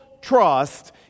trust